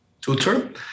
tutor